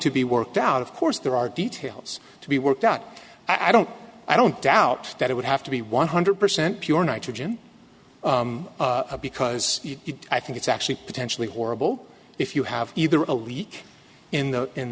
to be worked out of course there are details to be worked out i don't i don't doubt that it would have to be one hundred percent pure nitrogen because i think it's actually potentially horrible if you have either a leak in the in